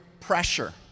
pressure